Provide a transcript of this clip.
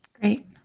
Great